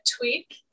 tweak